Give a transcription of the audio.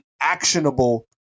actionable